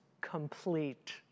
complete